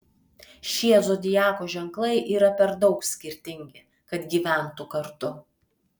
šie zodiako ženklai yra per daug skirtingi kad gyventų kartu